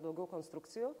daugiau konstrukcijų